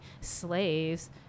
slaves